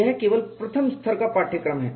यह केवल प्रथम स्तर का पाठ्यक्रम है